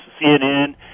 CNN